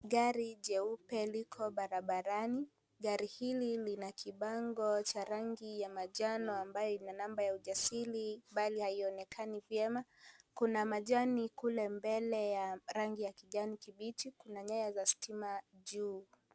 Gari jeupe liko barabarani, gari hili lina kibango cha rangi ya manjano ambayo ina namba ya ujasili bali haionekani vyema, kuna majani kule mbele ya rangi ya kijani kibichi, kuna nyaya za stima juu.